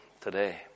today